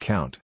Count